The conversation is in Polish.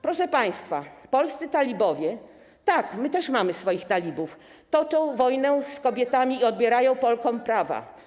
Proszę państwa, polscy talibowie - tak, my też mamy swoich talibów - toczą wojnę z kobietami i odbierają Polkom prawa.